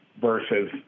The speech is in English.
versus